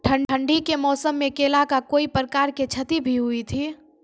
ठंडी के मौसम मे केला का कोई प्रकार के क्षति भी हुई थी?